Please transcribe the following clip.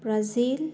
Brazil